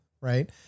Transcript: right